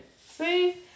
See